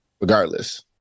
regardless